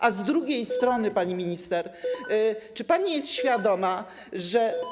A z drugiej strony, pani minister, czy pani jest świadoma, że.